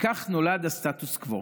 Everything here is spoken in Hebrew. וכך נולד הסטטוס קוו.